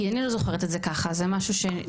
כי אני לא זוכרת את זה ככה זה משהו שנכון?